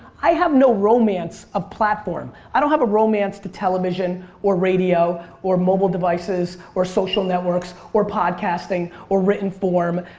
i have no romance of platform. i don't have a romance to television or radio or mobile devices or social networks or podcasting or written form.